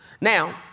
Now